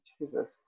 Jesus